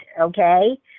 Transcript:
Okay